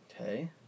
Okay